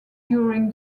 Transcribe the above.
during